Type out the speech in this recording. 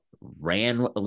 ran